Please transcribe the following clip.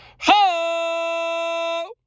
Ho